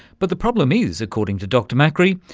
but the problem is, according to dr makri,